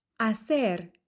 Hacer